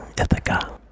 Ithaca